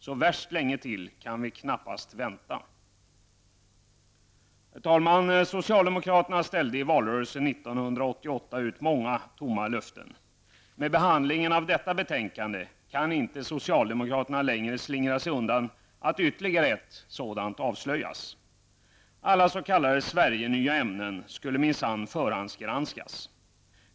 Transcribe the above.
Så värst länge till kan vi knappast vänta. Herr talman! Socialdemokraterna ställde i valrörelsen 1988 ut många tomma löften. I och med behandlingen av detta betänkande kan socialdemokraterna inte längre slingra sig undan att ytterligare att sådant avslöjas. Alla s.k. Sverigenya ämnen skulle minsann förhandsgranskas.